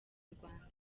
rwanda